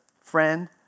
friend